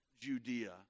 Judea